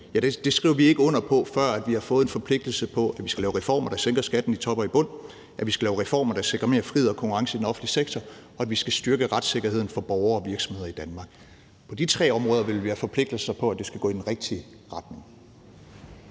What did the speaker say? skriver vi ikke under på, før vi har fået en forpligtelse på, at vi skal lave reformer, der sænker skatten i top og i bund, at vi skal lave reformer, der sikrer mere frihed og konkurrence i den offentlige sektor, og at vi skal styrke retssikkerheden for borgere og virksomheder i Danmark. På de tre områder vil vi have forpligtelser på, at det skal gå i den rigtige retning.